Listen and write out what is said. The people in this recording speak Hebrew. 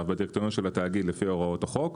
בדירקטוריון של התאגיד לפי הוראות החוק,